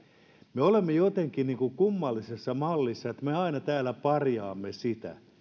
me olemme jotenkin kummallisessa mallissa että me aina täällä parjaamme sitä